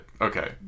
okay